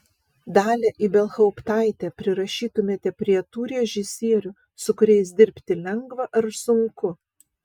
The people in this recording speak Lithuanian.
dalią ibelhauptaitę prirašytumėte prie tų režisierių su kuriais dirbti lengva ar sunku